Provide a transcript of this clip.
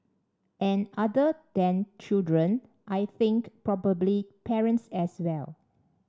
and other than children I think probably parents as well